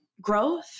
growth